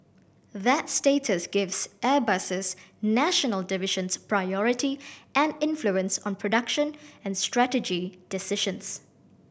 that status gives Airbus's national divisions priority and influence on production and strategy decisions